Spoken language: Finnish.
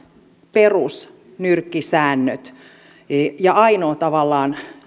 perusnyrkkisäännöt ja tavallaan